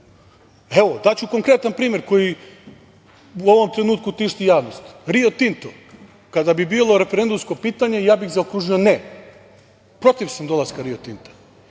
Evo, daću konkretan primer koji u ovom trenutku tišti javnost. „Rio Tinto“, kada bi bilo referendumsko pitanje, ja bih zaokružio – ne. Protiv sam dolaska „Rio Tinta“.